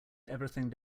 everything